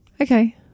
Okay